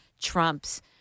Trump's